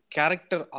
Character